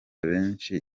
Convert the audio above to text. benshi